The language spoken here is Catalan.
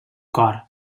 cor